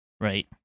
right